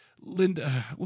Linda